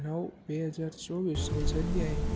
નવ બે હજાર ચોવીસની જગ્યાએ